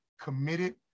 committed